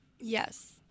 Yes